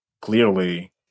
clearly